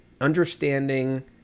Understanding